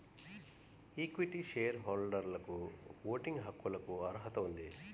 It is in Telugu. ఈక్విటీ షేర్ హోల్డర్లకుఓటింగ్ హక్కులకుఅర్హత ఉంది